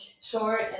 short